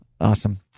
Awesome